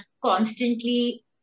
constantly